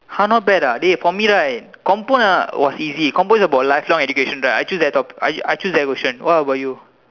!huh! not bad ah dey for me right compo ah was easy compo is about life long educations right I choose that topic I I choose that question what about you